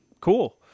Cool